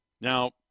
Now